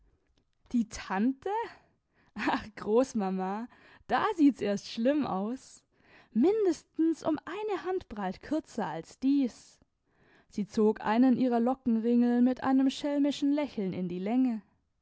die tante ach großmama da sieht's erst schlimm aus mindestens um eine hand breit kürzer als dies sie zog einen ihrer lockenringel mit einem schelmischen lächeln in die länge